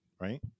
right